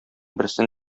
берсен